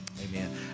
Amen